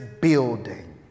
building